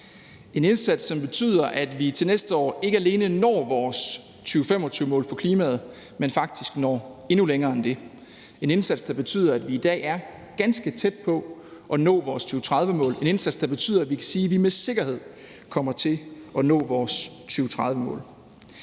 en indsats, som betyder, at vi til næste år ikke alene når vores 2025-mål for klimaet, men faktisk når endnu længere end det. Det er en indsats, der betyder, at vi i dag er ganske tæt på at nå vores 2030-mål. Det er en indsats, der betyder, at vi kan sige, at vi med sikkerhed kommer til at nå vores 2030-mål.